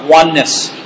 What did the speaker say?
oneness